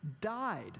died